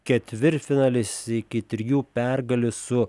ketvirtfinalis iki trijų pergalių su